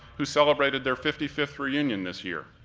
who celebrated their fifty fifth reunion this year.